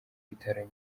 bitaro